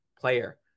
player